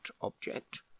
object